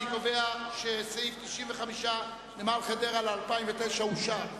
אני קובע שסעיף 95, נמל חדרה, ל-2009, אושר.